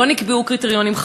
לא נקבעו קריטריונים,